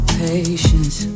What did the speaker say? patience